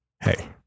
hey